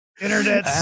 Internet